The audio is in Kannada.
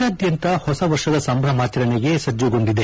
ದೇಶಾದ್ಯಂತ ಹೊಸ ವರ್ಷದ ಸಂಭ್ರಮಾಚರಣೆಗೆ ಸಜ್ಜುಗೊಂಡಿದೆ